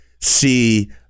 see